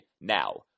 now